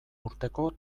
urteko